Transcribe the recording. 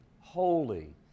holy